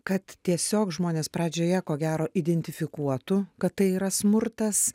kad tiesiog žmonės pradžioje ko gero identifikuotų kad tai yra smurtas